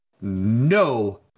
no